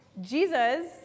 Jesus